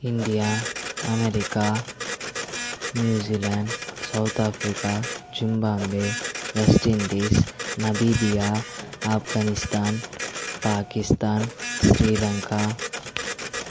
India America New Zealand South Africa Zimbabwe West Indies Namibia Afghanistan Pakistan Sri Lanka